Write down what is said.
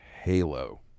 halo